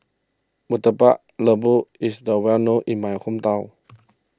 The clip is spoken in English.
Murtabak Lembu is the well known in my hometown